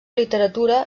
literatura